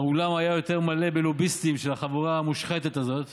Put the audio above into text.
האולם היה מלא יותר בלוביסטים של החבורה המושחתת הזאת